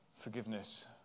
forgiveness